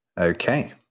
Okay